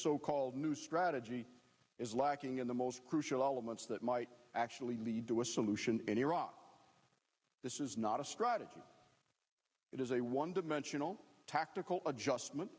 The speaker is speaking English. so called new strategy is lacking in the most crucial elements that might actually lead to a solution in iraq this is not a strategy it is a one dimensional tactical adjustment